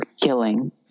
killing